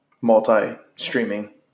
multi-streaming